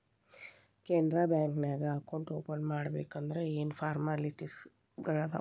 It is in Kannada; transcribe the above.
ಕೆನರಾ ಬ್ಯಾಂಕ ನ್ಯಾಗ ಅಕೌಂಟ್ ಓಪನ್ ಮಾಡ್ಬೇಕಂದರ ಯೇನ್ ಫಾರ್ಮಾಲಿಟಿಗಳಿರ್ತಾವ?